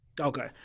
Okay